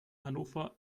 hannover